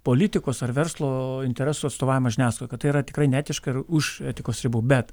politikos ar verslo interesų atstovavimą žiniasklaidoj kad tai yra tikrai neetiška ir už etikos ribų bet